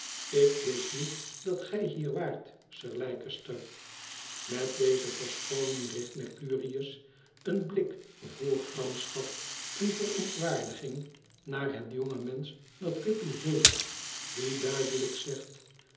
ik wist niet dat gij hier waart sir leicester met deze verschooning richt mercurius een blik vol gramschap en verontwaardiging naar het jonge mensch dat guppy heet die duidelijk zegt